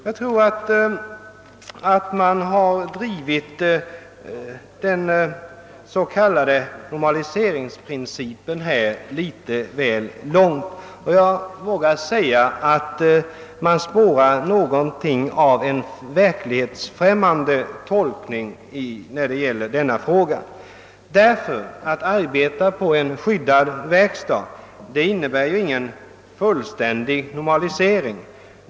Jag tror att man har drivit den s.k. normaliseringsprincipen litet väl långt, och jag vågar säga att man spårar något av en verklighetsfrämmande tolkning i utskottsutlåtandet när det gäller denna fråga. Att arbeta på en skyddad verkstad innebär ingen fullständig normalisering.